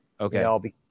Okay